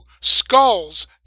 Skull's